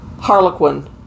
Harlequin